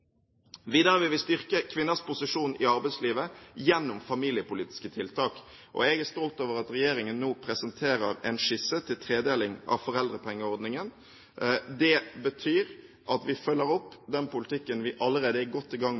Videre vil vi styrke kvinners posisjon i arbeidslivet gjennom familiepolitiske tiltak. Jeg er stolt over at regjeringen nå presenterer en skisse til tredeling av foreldrepengeordningen. Det betyr at vi følger opp den politikken vi allerede er godt i gang